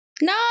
No